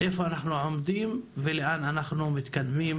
איפה אנחנו עומדים ולאן אנחנו מתקדמים